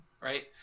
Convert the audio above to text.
Right